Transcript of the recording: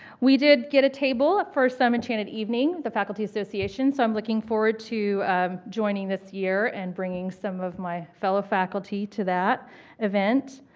we did get a table for some enchanted evening, the faculty association. so i'm looking forward to joining this year and bringing some of my fellow faculty to that event.